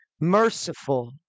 merciful